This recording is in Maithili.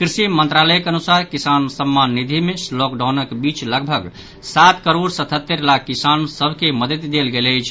कृषि मंत्रालयक अनुसार किसान सम्मान निधि मे लॉकडाउनक बीच लगभग सात करोड़ सतहत्तरि लाख किसान सभ के मददि देल गेल अछि